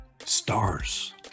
Stars